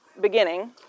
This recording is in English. beginning